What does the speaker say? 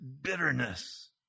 Bitterness